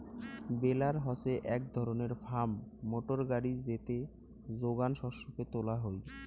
বেলার হসে এক ধরণের ফার্ম মোটর গাড়ি যেতে যোগান শস্যকে তোলা হই